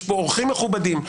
יש פה אורחים מכובדים,